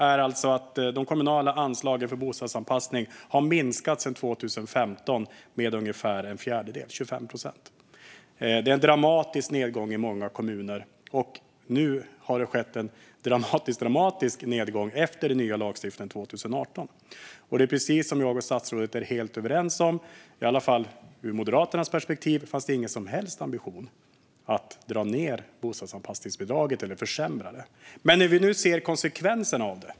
Verkligheten är att de kommunala anslagen för bostadsanpassning har minskat sedan 2015 med ungefär 25 procent, alltså en fjärdedel. I många kommuner är det en dramatisk nedgång, och efter den nya lagstiftningen från 2018 har det skett en dramatiskt dramatisk nedgång. Precis som jag och statsrådet är överens om fanns det ur i alla fall Moderaternas perspektiv ingen ambition alls att dra ned på eller försämra bostadsanpassningsbidraget.